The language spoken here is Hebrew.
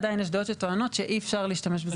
עדיין יש דעות שטוענות שאי אפשר להשתמש בזה במחזור עילי.